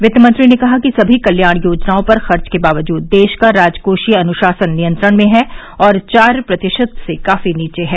वित्त मंत्री ने कहा कि सभी कल्याण योजनाओं पर खर्च के बावजूद देश का राजकोषीय अन्शासन नियंत्रण में है और चार प्रतिशत से काफी नीचे है